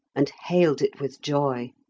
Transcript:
and hailed it with joy.